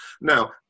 Now